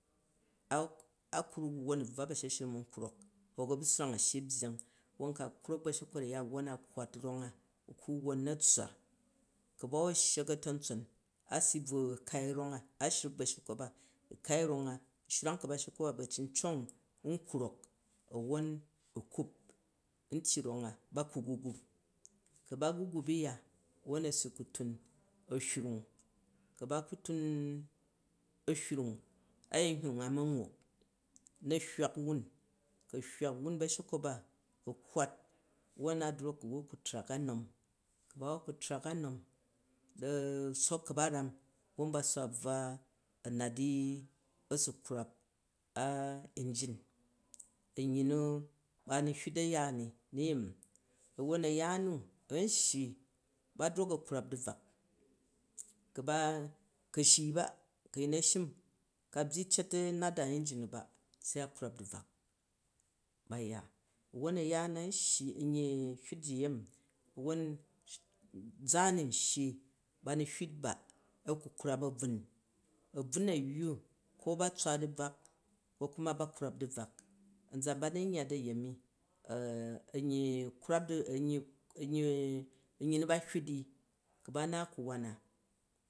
A̱ kruk wwon u̱ wwa ba̱sheshrum n krok hik a bu swrang a shyi u byyang won ka kzok bashekkwot aya u ku wwon na tswa, ku ba wo sshak atamtson a si bru kai rong a, a shruk bashekkwot ba u kai long a, u sinuban ka̱ba̱shekwwot ka ba̱amcong a krok a̱wwon u̱ kup n tyyi rong a ba gagup, ku ba gagup uya wwon a n ku tun a hrang ku ba ru tun o hrwung a yen hrwung an mammuluk, ku o hywak wun ba̱shekkwot laa a kkwot won a drok u usu hu trak an nom hii ba wo ku tsak an nom na sook kabazam wom basu wa bvwu an nat di a su kivap o inyin, anyyi hu ba nu hyet a ya ni u nayemi, wok a̱yaan nu̱ a̱n shyi ba drok a krulapdi bawuk, ku ba un a shiic ba ku ayin na a shem, ku a byyi cet nat da mi a njin nu ba se a kiwap di bvwak ba ya, wwon ayaan am shyi anyyi hyut ji yermi awwon ʒaan n shyi ba nu hyjut ba a ku krwap abvun, abvun ayyu ko b tswa di bvak an ba krwap di bvak anʒan ba nu n yya di ayemi, anyyi krwap di, airyyi nu ba hyut di ku ba naat ku̱ won na